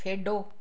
ਖੇਡੋ